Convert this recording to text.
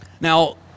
Now